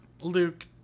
luke